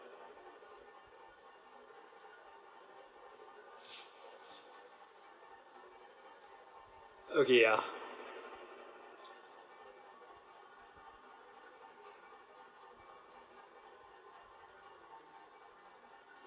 okay ya